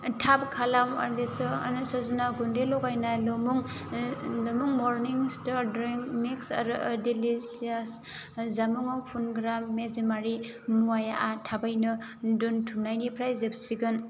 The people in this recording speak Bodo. थाब खालाम आनवेशन सजना गुन्दै लगायनाय लोंमुं लोंमुं मरनिं स्टार द्रिं मिक्स आरो दिलिशियास जामुंआव फुनग्रा मेजेमारि मुवाआ थाबैनो दोनथुमनायनिफ्राय जोबसिगोन